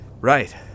right